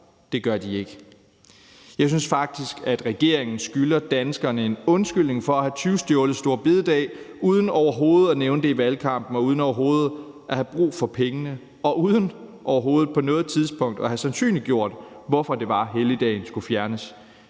Det gør de ikke! Jeg synes faktisk, at regeringen skylder danskerne en undskyldning for at have tyvstjålet store bededag uden overhovedet at nævne det i valgkampen og uden overhovedet at have brug for pengene og uden overhovedet på noget tidspunkt at have sandsynliggjort, hvorfor helligdagen skulle fjernes